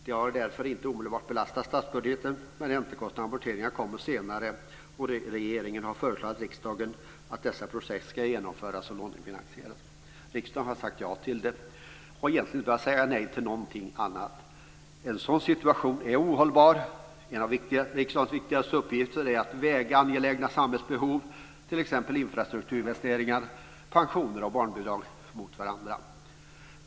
De har därför inte omedelbart belastat statsbudgeten, men räntekostnader och amorteringar kommer senare. Regeringen har föreslagit riksdagen att dessa projekt ska genomföras och lånefinansieras. Riksdagen har sagt ja till detta. Man har egentligen inte sagt nej till någonting annat. En sådan situation är ohållbar. En av riksdagens viktigaste uppgifter är att väga angelägna samhällsbehov - t.ex. infrastrukturinvesteringar, pensioner och barnbidrag - mot varandra. Fru talman!